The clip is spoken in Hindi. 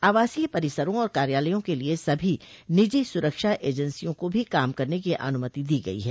आवासीय परिसरों और कार्यालयों के लिए सभी निजी सुरक्षा एजेंसियों को भी काम करने की अनूमति दी गई है